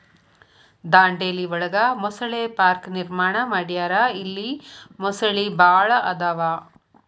ದಾಂಡೇಲಿ ಒಳಗ ಮೊಸಳೆ ಪಾರ್ಕ ನಿರ್ಮಾಣ ಮಾಡ್ಯಾರ ಇಲ್ಲಿ ಮೊಸಳಿ ಭಾಳ ಅದಾವ